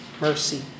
mercy